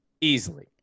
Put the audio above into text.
easily